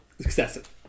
Successive